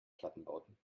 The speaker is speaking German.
plattenbauten